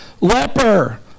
leper